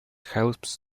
helps